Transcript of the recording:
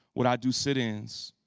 would i do sit-ins?